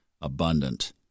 abundant